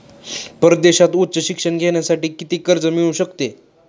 परदेशात उच्च शिक्षण घेण्यासाठी किती कर्ज मिळू शकते?